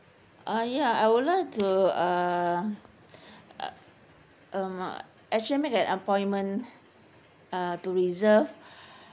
uh ya I would like to uh uh um actually make an appointment uh to reserve